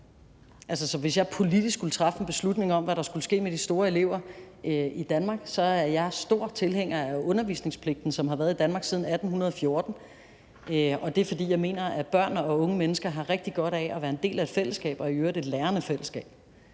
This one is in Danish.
hvis jeg politisk skulle træffe en beslutning om, hvad der skulle ske med de store elever i Danmark, så er jeg stor tilhænger af undervisningspligten, som har været i Danmark siden 1814, og det er, fordi jeg mener, at børn og unge mennesker har rigtig godt af at være en del af et fællesskab og i øvrigt et lærende fællesskab.